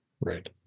Right